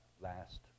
last